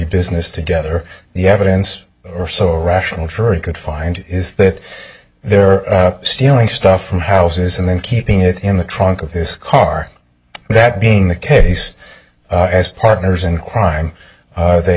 business together the evidence are so rational jury could find is that they're stealing stuff from houses and then keeping it in the trunk of his car that being the case as partners in crime they